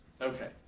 Okay